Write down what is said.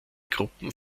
gruppen